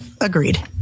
Agreed